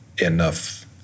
enough